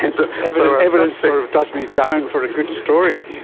and evidence evidence sort of does me down for a good story.